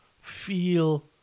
feel